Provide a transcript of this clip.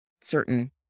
certain